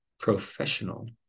professional